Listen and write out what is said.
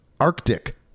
arctic